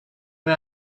man